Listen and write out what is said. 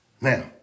Now